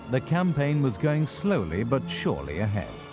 the campaign was going slowly but surely ahead.